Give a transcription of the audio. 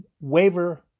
waiver